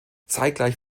zeitgleich